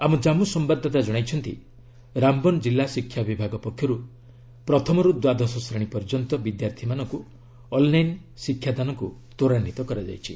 ଆମ ଜାମ୍ମୁ ସମ୍ଭାଦଦାତା ଜଣାଇଛନ୍ତି ରାମବନ ଜିଲ୍ଲା ଶିକ୍ଷା ବିଭାଗ ପକ୍ଷରୁ ପ୍ରଥମରୁ ଦ୍ୱାଦଶ ଶ୍ରେଣୀ ପର୍ଯ୍ୟନ୍ତ ବିଦ୍ୟାର୍ଥୀମାନଙ୍କୁ ଅନ୍ଲାଇନ୍ ଶିକ୍ଷାଦାନକୁ ତ୍ୱରାନ୍ୱିତ କରାଯାଇଛି